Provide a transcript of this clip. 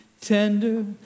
tender